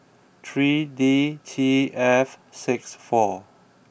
three D T F six four